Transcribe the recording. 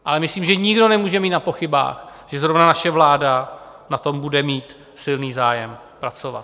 Ale myslím, že nikdo nemůže být na pochybách, že zrovna naše vláda na tom bude mít silný zájem pracovat.